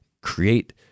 create